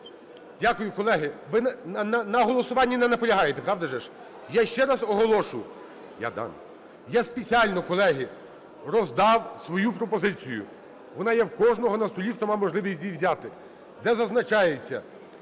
Дякую. Колеги, ви на голосування не наполягаєте, правда ж? Я ще раз оголошу, я спеціально, колеги, роздав свою пропозицію, вона є в кожного на столі, хто мав можливість її взяти, де зазначається,